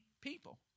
people